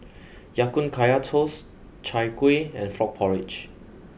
Ya Kun Kaya Toast Chai Kueh and Frog Porridge